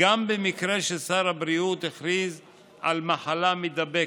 גם במקרה ששר הבריאות הכריז על מחלה מידבקת.